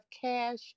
cash